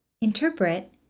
interpret